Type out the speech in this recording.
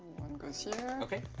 one goes here. okay.